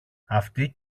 αυτή